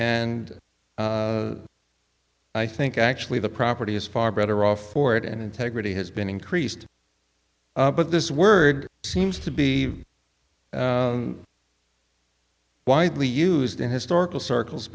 and i think actually the property is far better off for it and integrity has been increased but this word seems to be widely used in historical circles